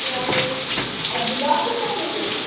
या फिर और गुलाब के कितना लेते